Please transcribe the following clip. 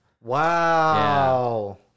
wow